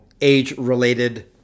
age-related